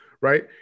right